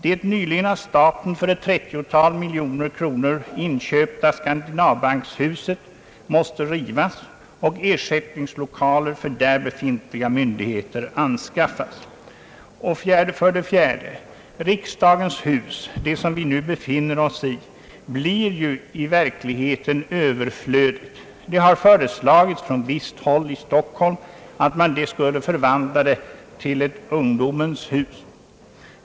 Det nyligen av staten för ett 30 tal miljoner kronor inköpta Skandinavbankshuset måste rivas och ersättningslokaler för där befintliga myndigheter därtill anskaffas. För det fjärde blir riksdagens hus — det som vi nu befinner oss i — i verkligheten överflödigt. Det har föreslagits från visst håll i Stockholm att det skulle förvandlas till ett ungdomens hus.